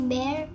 Bear